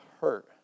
hurt